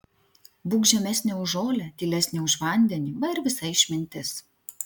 būk žemesnė už žolę tylesnė už vandenį va ir visa išmintis